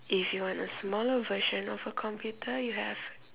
if you want a smaller version of a computer you have